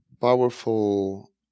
powerful